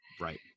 Right